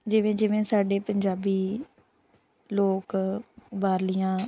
ਜਿਵੇਂ ਜਿਵੇਂ ਸਾਡੇ ਪੰਜਾਬੀ ਲੋਕ ਬਾਹਰਲੀਆਂ